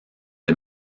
les